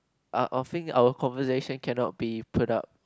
I'll I'll think that our conversation cannot be product